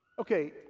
Okay